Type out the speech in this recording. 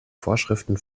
vorschriften